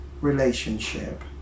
relationship